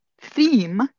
theme